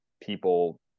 people